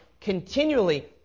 continually